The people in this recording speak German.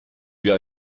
wir